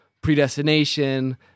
predestination